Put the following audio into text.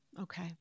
Okay